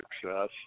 success